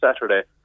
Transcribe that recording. Saturday